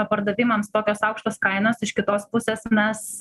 pardavimams tokios aukštos kainos iš kitos pusės nes